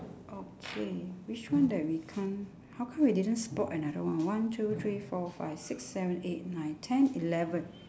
okay which one that we can't how come we didn't spot another one one two three four five six seven eight nine ten eleven